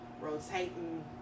rotating